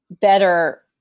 better